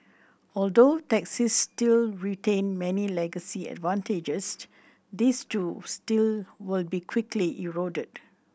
although taxis still retain many legacy advantages these too still will be quickly eroded